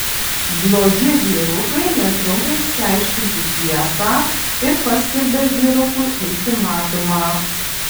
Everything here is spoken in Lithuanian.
blogi vyrukai netrunka išsiaiškinti tiesą ir paskelbia vyrukui ultimatumą